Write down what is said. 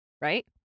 Right